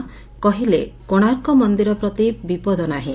କହିଲେ କୋଶାର୍କ ମନ୍ଦିର ପ୍ରତି ବିପଦ ନାହିଁ